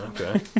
Okay